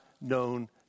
known